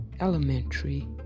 Elementary